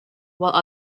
whilst